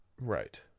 Right